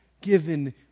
given